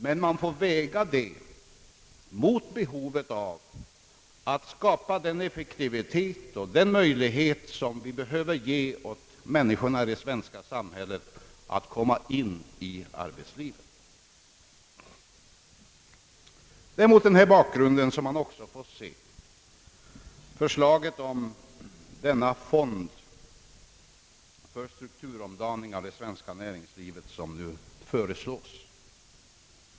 Detta får man väga mot behovet av att skapa den effektivitet och den möjlighet som vi behöver ge människorna i det svenska samhället att komma in i arbetslivet. Mot denna bakgrund måste man se förslaget om den fond för strukturomdaning av det svenska näringslivet som nu föreslås.